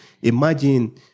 Imagine